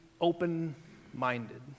open-minded